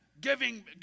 giving